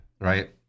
right